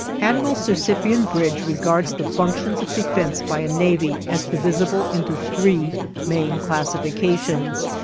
admiral sir cyprian bridge regards the functions of defense by a navy as divisible into three main classifications.